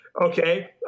Okay